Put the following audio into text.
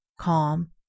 calm